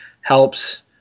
helps